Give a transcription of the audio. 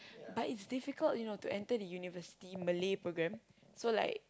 but it's difficult you know to enter the university Malay programme so like